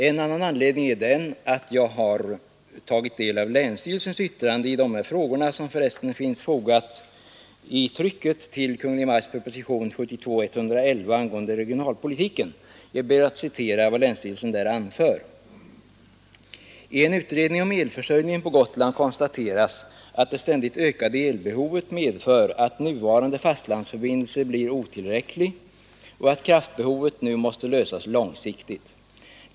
En annan anledning är den att jag har tagit del av länsstyrelsens yttrande i de här frågorna, som för resten finns fogat till Kungl. Maj:ts proposition nr 111 angående regionalpolitiken. Jag ber att få citera vad länsstyrelsen anför: ”I en utredning om elförsörjningen på Gotland konstateras att det ständigt ökade elbehovet medför att nuvarande fastlandsförbindelse blir otillräcklig och att kraftbehovet nu måste lösas långsiktigt.